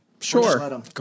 Sure